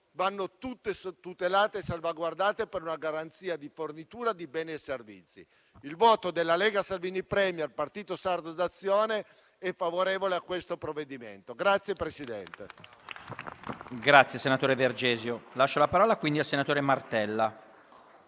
vanno tutte tutelate e salvaguardate, per una garanzia di fornitura di beni e servizi. Il voto della Lega-Salvini Premier-Partito Sardo d'Azione è favorevole a questo provvedimento.